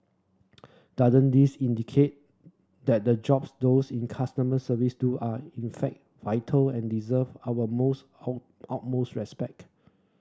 doesn't this indicate that the jobs those in customer service do are in fact vital and deserve our most utmost respect